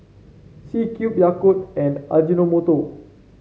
C Cube Yakult and Ajinomoto